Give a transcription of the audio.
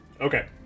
okay